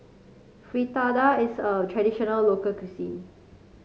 fritada is a traditional local cuisine